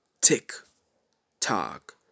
tick-tock